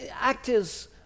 Actors